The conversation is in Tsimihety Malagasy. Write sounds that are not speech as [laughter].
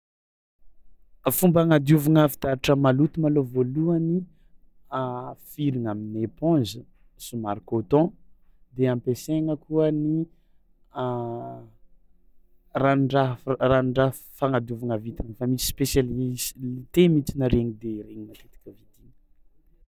Fomba agnadiovagna fitaratra maloto malôha voalohany [hesitation] firagna amin'ny epônza somary coton de ampiasaigna koa ny [hesitation] ranon-draha f- r- ranon-draha fagnadiovagna vitre efa misy spesialis- lite mihitsiny regny de regny matetika vidiagna.